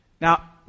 Now